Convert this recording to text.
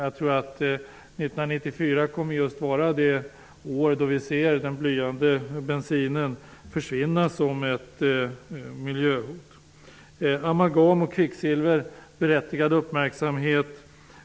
Jag tror att 1994 kommer att vara just det år då vi ser den blyade bensinen försvinna som ett miljöhot. Amalgam och kvicksilver väcker berättigad uppmärksamhet.